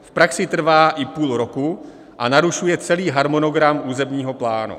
V praxi trvá i půl roku a narušuje celý harmonogram územního plánu.